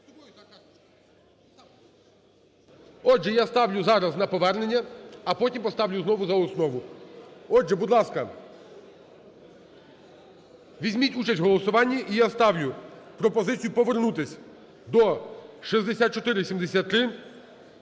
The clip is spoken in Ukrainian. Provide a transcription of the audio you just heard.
Отже, я ставлю зараз на повернення, а потім поставлю знову за основу. Отже, будь ласка, візьміть участь в голосуванні. І я ставлю пропозицію повернутися до 6473.